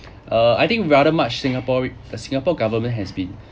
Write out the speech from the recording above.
uh I think rather much singapore the singapore government has been